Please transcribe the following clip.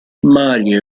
mario